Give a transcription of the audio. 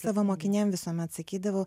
savo mokinėm visuomet sakydavau